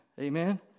Amen